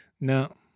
no